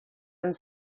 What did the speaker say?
and